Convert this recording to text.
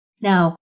now